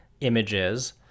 images